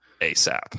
ASAP